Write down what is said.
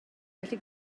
felly